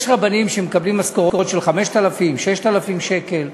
יש רבנים שמקבלים משכורות של 5,000 6,000 שקל,